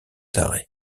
d’arrêt